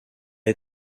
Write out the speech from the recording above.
est